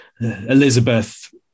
Elizabeth